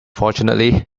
fortunately